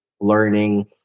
learning